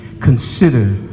consider